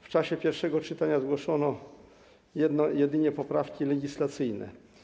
W czasie pierwszego czytania zgłoszono jedynie poprawki legislacyjne.